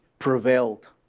prevailed